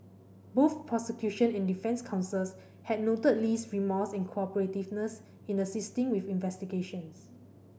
both prosecution and defence counsels had noted Lee's remorse and cooperativeness in assisting with investigations